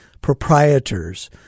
proprietors